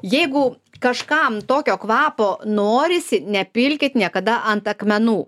jeigu kažkam tokio kvapo norisi nepilkit niekada ant akmenų